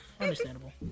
understandable